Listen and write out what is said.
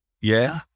Yeah